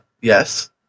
Yes